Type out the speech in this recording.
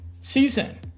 season